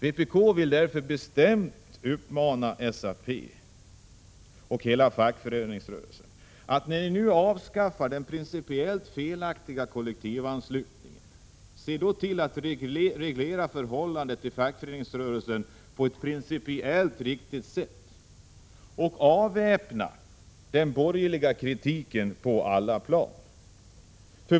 Vpk vill därför bestämt uppmana SAP och hela fackföreningsrörelsen att, när de nu avskaffar den principiellt felaktiga kollektivanslutningen, se till att reglera förhållandet till fackföreningsrörelsen på ett principiellt riktigt sätt och avväpna den borgerliga kritiken på alla plan.